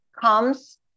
comes